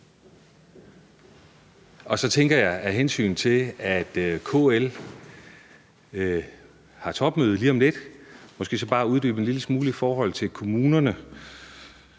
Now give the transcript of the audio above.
Ja. Så tænker jeg, af hensyn til at KL har topmøde lige om lidt, at jeg måske bare kan uddybe en lille smule i forhold til kommunerne.